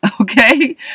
Okay